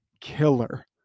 killer